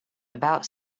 about